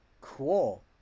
Cool